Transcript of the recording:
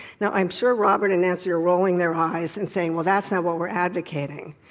now, i'm sure robert and nancy are rolling their eyes and saying, well, that's not what we're advocating,